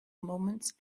moments